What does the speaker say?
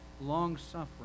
long-suffering